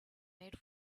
made